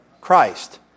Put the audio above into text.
Christ